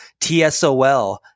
TSOL